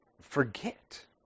forget